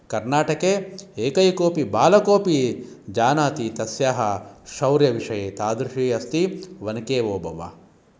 कर्नाटके एकैकोऽपि बालकोऽपि जानाति तस्याः शोर्यविषये तादृशी अस्ति वनकेवोबव्वा